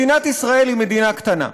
מדינת ישראל היא מדינה קטנה.